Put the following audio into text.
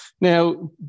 Now